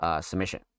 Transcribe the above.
submission